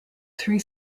three